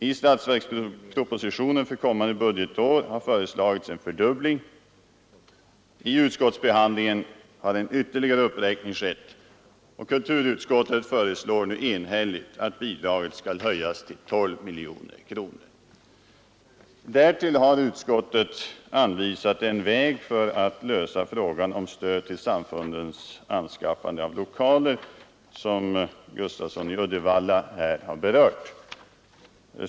I statsverkspropositionen för kommande budgetår har föreslagits en fördubbling: Vid utskottsbehandlingen har en ytterligare uppräkning skett, och kulturutskottet föreslår nu enhälligt att bidraget skall höjas till 12 miljoner kronor. Därtill har utskottet anvisat en väg för att lösa frågan om stöd till samfundens anskaffande av lokaler, vilket herr Gustafsson i Uddevalla här har berört.